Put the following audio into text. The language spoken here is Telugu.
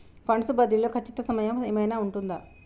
ఫండ్స్ బదిలీ లో ఖచ్చిత సమయం ఏమైనా ఉంటుందా?